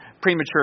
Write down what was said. premature